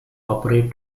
operate